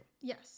Yes